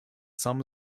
some